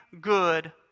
good